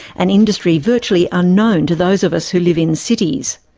an industry virtually unknown to those of us who live in cities.